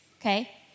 okay